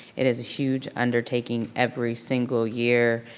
it is a huge undertaking every single year.